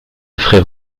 frère